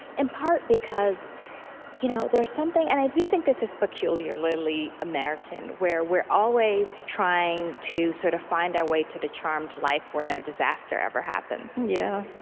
in part because you know there's something and i do think this is peculiarly american, where we're always trying to sort of find our way to the charmed life where no disaster ever happens yeah